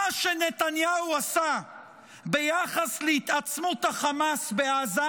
את מה שנתניהו עשה ביחס להתעצמות החמאס בעזה,